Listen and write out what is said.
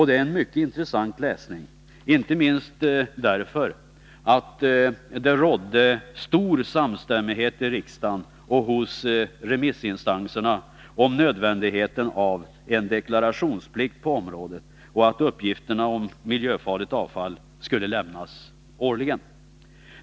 Det är en mycket intressant läsning, inte minst därför att det rådde stor samstämmighet i riksdagen och hos remissinstanserna om nödvändigheten av en deklarationsplikt på området och vikten av att uppgifterna om miljöfarligt avfall skulle lämnas årligen.